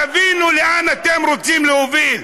תבינו לאן אתם רוצים להוביל.